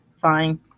fine